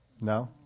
No